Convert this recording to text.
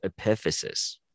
epiphysis